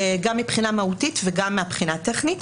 גם מבחינה מהותית וגם מהבחינה הטכנית.